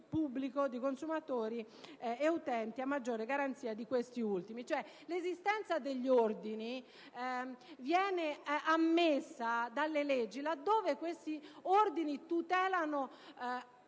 pubblico, di consumatori e utenti, a maggiore garanzia di questi ultimi. L'esistenza degli ordini viene ammessa dalle leggi laddove questi ordini tutelino